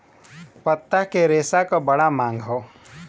पत्ता के रेशा क बड़ा मांग हौ